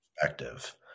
perspective